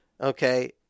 Okay